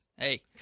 Hey